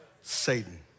Satan